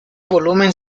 volumen